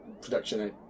production